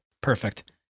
Perfect